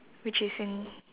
which is in